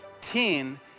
teen